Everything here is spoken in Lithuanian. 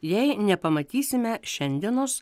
jei nepamatysime šiandienos